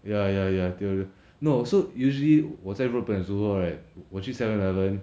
ya ya ya no so usually 我在日本的时候 right 我去 Seven Eleven